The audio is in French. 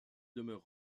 demeure